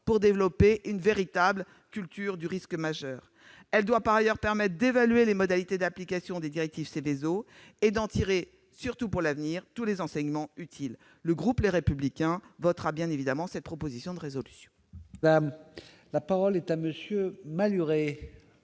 pour développer une véritable culture du risque majeur. Elle doit également permettre d'évaluer les modalités d'application des directives Seveso et d'en tirer, surtout pour l'avenir, tous les enseignements utiles. Le groupe Les Républicains votera, bien évidemment, cette proposition de résolution. La parole est à M. Claude Malhuret,